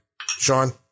Sean